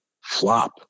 flop